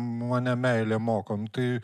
mane meilė moko nu tai